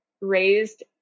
raised